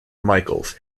michaels